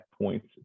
points